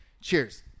Cheers